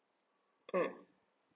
mm